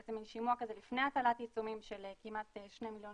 בעצם מן שימוע כזה לפני הטלת עיצומים של כמעט 2 מליבן